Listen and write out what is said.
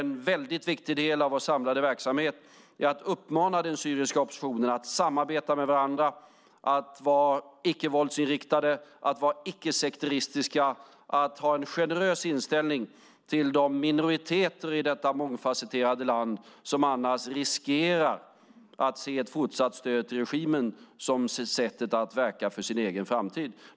En väldigt viktig del av vår samlade verksamhet är att uppmuntra den syriska oppositionen att samarbeta med varandra, att vara icke-våldsintriktade, att vara icke-sekteristiska och ha en generös inställning till de minoriteter i detta mångfasetterade land som annars riskerar att se ett fortsatt stöd till regimen som sättet att verka för sin egen framtid.